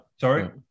sorry